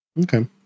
Okay